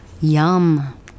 Yum